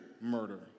murder